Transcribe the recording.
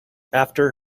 after